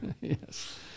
Yes